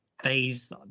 phase